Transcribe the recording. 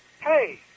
hey